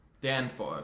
Danforth